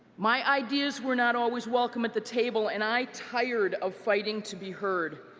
my ideas were not always welcome at the table and i tired of fighting to be heard.